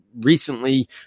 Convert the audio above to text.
recently